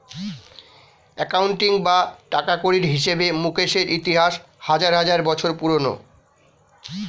accounting বা টাকাকড়ির হিসেবে মুকেশের ইতিহাস হাজার হাজার বছর পুরোনো